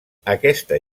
aquesta